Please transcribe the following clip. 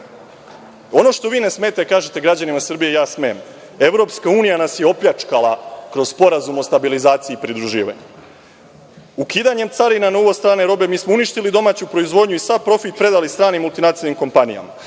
što vi ne smete da kažete građanima Srbije, ja smem. Evropska unija nas je opljačkala kroz sporazum o stabilizaciji i pridruživanju. Ukidanjem carina na uvoz strane robe, mi smo uništili domaću proizvodnju i sav profit predali stranim multinacionalnim kompanijama.